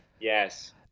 Yes